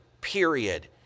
period